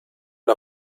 der